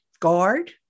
guard